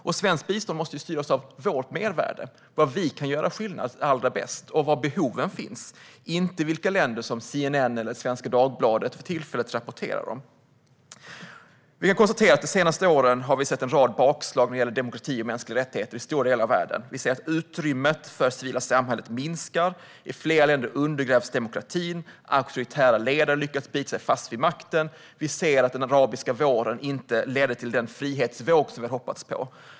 Och svenskt bistånd måste styras av vårt mervärde, av var vi allra bäst kan göra skillnad och av var behoven finns - inte av vilka länder som CNN eller Svenska Dagbladet för tillfället rapporterar om. Vi kan konstatera att vi under de senaste åren har sett en rad bakslag när det gäller demokrati och mänskliga rättigheter i stora delar av världen. Vi ser att utrymmet för det civila samhället minskar. I flera länder undergrävs demokratin. Auktoritära ledare lyckas bita sig fast vid makten. Vi ser att den arabiska våren inte ledde till den frihetsvåg som vi hade hoppats på.